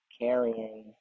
Carrying